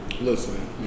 Listen